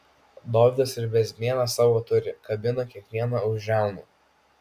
dovydas ir bezmėną savo turi kabina kiekvieną už žiaunų